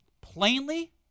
plainly